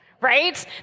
right